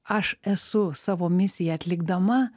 aš esu savo misiją atlikdama